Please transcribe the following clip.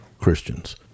Christians